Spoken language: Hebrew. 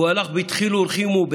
והוא הלך בדחילו ורחימו,